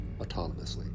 autonomously